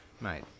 Mate